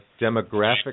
demographic